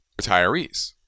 retirees